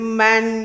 man